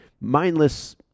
mindless